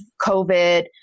COVID